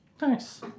Nice